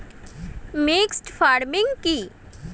Mixed farming কি?